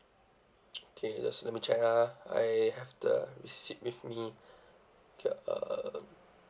okay just let me check ah I have the receipt with me uh